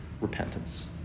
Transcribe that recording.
repentance